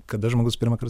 kada žmogus pirmąkart